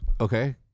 okay